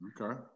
Okay